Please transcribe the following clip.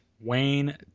Wayne